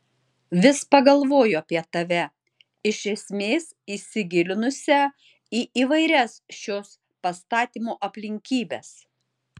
vis pagalvoju apie tave iš esmės įsigilinusią į įvairias šios pastatymo aplinkybes